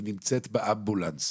היא נמצאת באמבולנס,